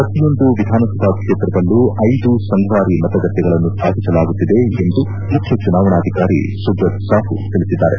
ಪ್ರತಿಯೊಂದು ವಿಧಾನಸಭಾ ಕ್ಷೇತ್ರದಲ್ಲೂ ಐದು ಸಂಗ್ವಾರಿ ಮತಗಟ್ಟೆಗಳನ್ನು ಸ್ಥಾಪಿಸಲಾಗುತ್ತಿದೆ ಎಂದು ಮುಖ್ಯ ಚುನಾವಣಾಧಿಕಾರಿ ಸುಬ್ರತ್ ಸಾಹೂ ತಿಳಿಸಿದ್ದಾರೆ